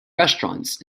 restaurants